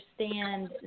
understand